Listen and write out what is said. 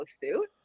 suit